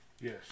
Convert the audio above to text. Yes